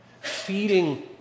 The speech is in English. feeding